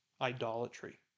idolatry